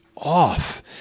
off